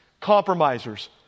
compromisers